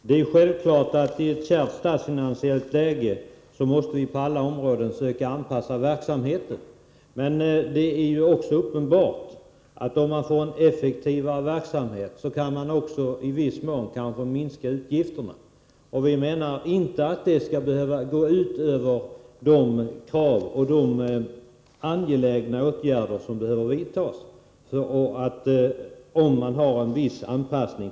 Herr talman! I ett kärvt statsfinansiellt läge måste vi självfallet försöka anpassa verksamheten på alla områden. Men får man en effektivare verksamhet, är det uppenbart att man också i viss mån kan minska utgifterna. Vi menar att detta med en viss anpassning inte skall behöva gå ut över de angelägna åtgärder som behöver vidtas.